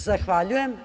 Zahvaljujem.